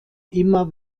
immer